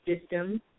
system